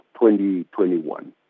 2021